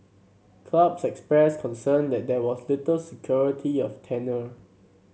clubs expressed concern that there was little security of tenure